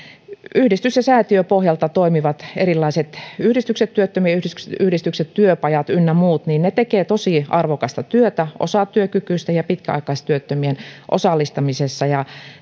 yhdistys ja säätiöpohjalta toimivat erilaiset yhdistykset työttömien yhdistykset yhdistykset työpajat ynnä muut tekevät tosi arvokasta työtä osatyökykyisten ja pitkäaikaistyöttömien osallistamisessa ja